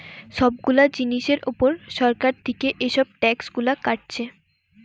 সব গুলা জিনিসের উপর সরকার থিকে এসব ট্যাক্স গুলা কাটছে